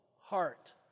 heart